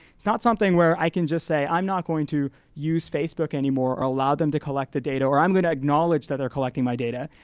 it's not something where i can just say, i'm not going to use facebook anymore, or allow them to collect the data. or i'm gonna acknowledge that they are collecting my data.